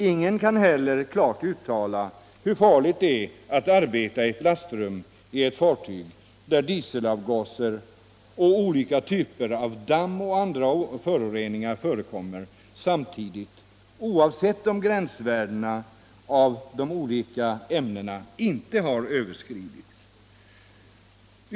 Ingen kan heller klart uttala sig om hur farligt det är att arbeta i ett lastrum i ett fartyg där dieselavgaser och olika typer av damm och andra föroreningar förekommer samtidigt. oavsett om gränsvärdena för de olika ämnena inte har överskridits.